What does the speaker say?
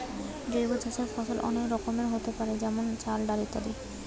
জৈব চাষের ফসল অনেক রকমেরই হোতে পারে যেমন চাল, ডাল ইত্যাদি